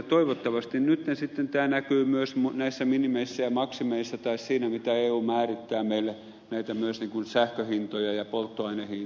toivottavasti nyt tämä sitten näkyy myös näissä minimeissä ja maksimeissa tai siinä mitä eu määrittää meille myös näitä sähkön hintoja ja polttoaineiden hintoja